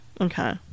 okay